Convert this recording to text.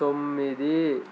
తొమ్మిది